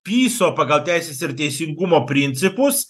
piso pagal teisės ir teisingumo principus